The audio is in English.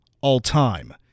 all-time